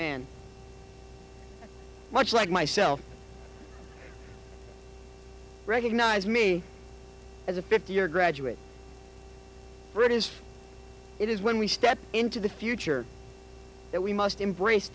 man much like myself recognize me as a fifty year graduate british it is when we step into the future that we must embrace